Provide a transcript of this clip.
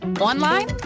online